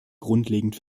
grundlegend